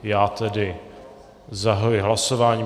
Já tedy zahajuji hlasování.